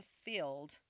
field